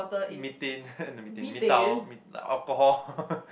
methane eh no methyl alcohol